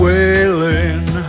Wailing